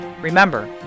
Remember